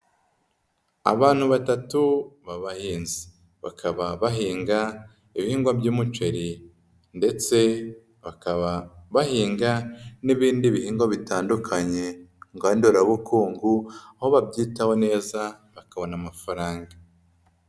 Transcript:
Abantu batatu b'abahinzi bakaba bahinga ibihingwa by'umuceri ndetse bakaba bahinga n'ibindi bihingwa bitandukanye ngandurabukungu, aho babyitaho neza bakabona amafaranga.